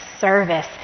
service